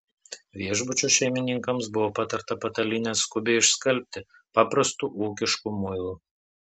viešbučio šeimininkams buvo patarta patalynę skubiai išskalbti paprastu ūkišku muilu